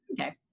Okay